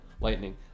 lightning